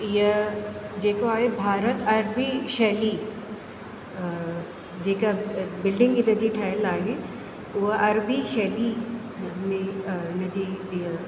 इहा जेको आहे भारत अरबी शैली जेका बिल्डिंग इते जी ठहियलु आहे उहा अरबी शैली में इन जी इहा